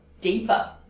deeper